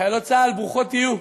חיילות צה"ל, ברוכות תהיו.